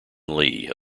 lee